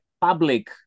public